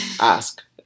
Ask